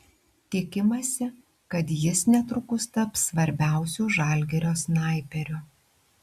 tikimasi kad jis netrukus taps svarbiausiu žalgirio snaiperiu